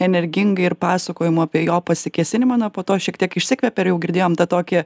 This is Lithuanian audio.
energingai ir pasakojimu apie jo pasikėsinimą na po to šiek tiek išsikvepė ir jau girdėjom tą tokį